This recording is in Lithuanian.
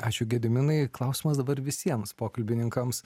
ačiū gediminai klausimas dabar visiems pokalbininkams